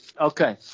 Okay